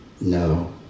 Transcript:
no